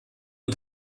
und